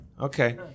Okay